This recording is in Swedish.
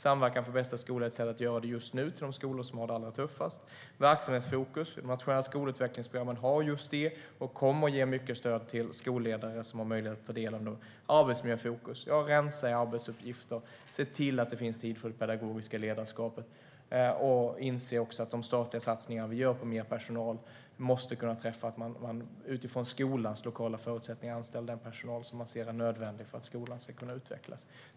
Samverkan för bästa skola är ett sätt att göra det just nu för de skolor som har det allra tuffast. Verksamhetsfokus är något som de nationella skolutvecklingsprogrammen har, och detta fokus kommer att bli mycket tydligare för skolledare som har möjlighet att ta del av dem. Arbetsmiljöfokus handlar om att rensa i arbetsuppgifter, se till att det finns tid för det pedagogiska ledarskapet och inse att de statliga satsningar vi gör på mer personal måste kunna leda till att man utifrån skolans lokala förutsättningar anställer den personal som man ser är nödvändig för att skolan ska kunna utvecklas.